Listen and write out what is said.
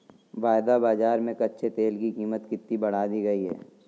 वायदा बाजार में कच्चे तेल की कीमत कितनी बढ़ा दी गई है?